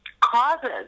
causes